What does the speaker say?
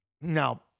now